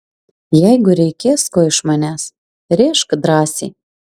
jeigu reikės ko iš manęs rėžk drąsiai